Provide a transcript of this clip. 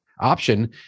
option